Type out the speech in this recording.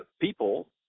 people